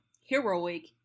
heroic